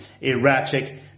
erratic